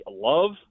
love